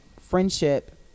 friendship